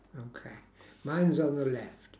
okay mine's on the left